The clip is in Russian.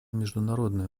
международный